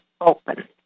open